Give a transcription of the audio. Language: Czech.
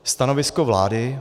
Stanovisko vlády.